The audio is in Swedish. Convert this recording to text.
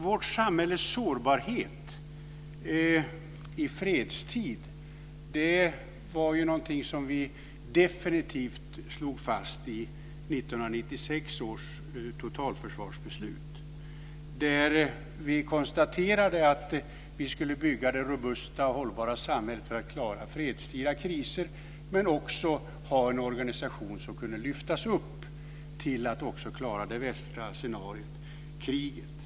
Vårt samhälles sårbarhet i fredstid var någonting som vi definitivt slog fast i 1996 års totalförsvarsbeslut, där vi konstaterade att vi skulle bygga det robusta och hållbara samhället för att klara fredstida kriser, men också ha en organisation som kunde lyftas upp till att klara det värsta scenariot, kriget.